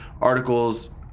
articles